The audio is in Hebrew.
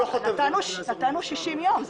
נתנו 60 ימים.